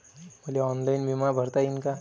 मले ऑनलाईन बिमा भरता येईन का?